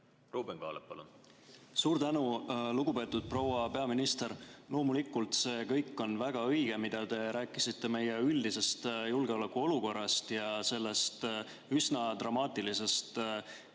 Suur tänu! Lugupeetud proua peaminister! Loomulikult, see kõik on väga õige, mida te rääkisite meie üldisest julgeolekuolukorrast ja sellest üsna dramaatilisest